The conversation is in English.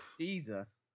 Jesus